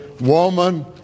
Woman